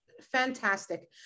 fantastic